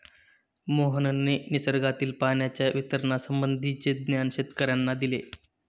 मोहनने निसर्गातील पाण्याच्या वितरणासंबंधीचे ज्ञान शेतकर्यांना दिले